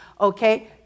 okay